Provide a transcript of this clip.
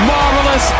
Marvelous